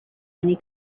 many